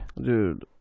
Dude